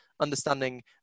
understanding